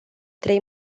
trei